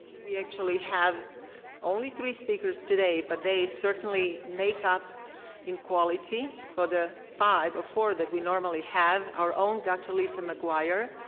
we actually have only three speakers today, but they certainly make up in quality for the five or four that we normally have. our own dr. lisa mcguire,